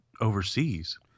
overseas